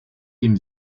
dem